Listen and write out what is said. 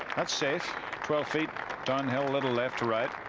thats safe twelve feet down hill. little left to right.